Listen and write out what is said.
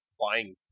buying